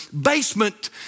basement